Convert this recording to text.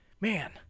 man